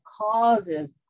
causes